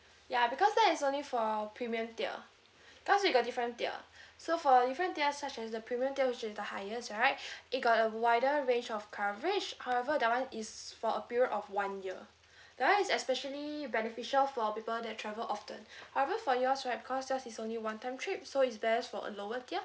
ya because that is only for our premium tier cause we got different tier so for different tier such as the premium tier which is the highest right it got a wider range of coverage however that one is for a period of one year that one is especially beneficial for people that travel often however for yours right because yours is only one time trip so it's best for a lower tier